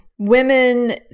women